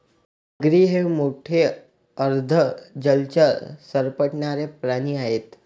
मगरी हे मोठे अर्ध जलचर सरपटणारे प्राणी आहेत